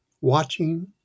watching